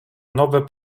nowe